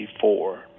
Four